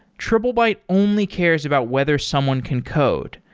triplebyte only cares about whether someone can code.